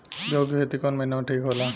गेहूं के खेती कौन महीना में ठीक होला?